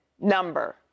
number